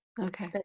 Okay